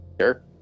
Sure